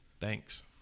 Thanks